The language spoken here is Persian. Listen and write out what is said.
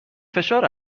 فشار